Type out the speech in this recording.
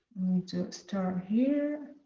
to start here.